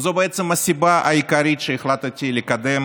וזו בעצם הסיבה העיקרית שהחלטתי לקדם